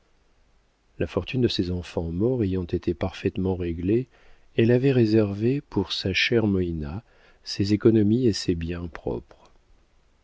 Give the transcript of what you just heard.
la fortune de ses enfants morts ayant été parfaitement réglée elle avait réservé pour sa chère moïna ses économies et ses biens propres